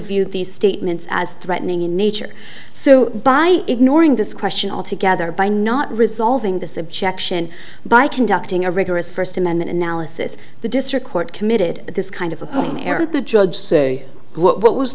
viewed these statements as threatening in nature so by ignoring this question altogether by not resolving this objection by conducting a rigorous first amendment analysis the district court committed this kind of appalling error the judge say what w